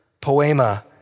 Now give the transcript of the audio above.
poema